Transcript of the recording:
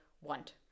want